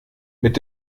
mit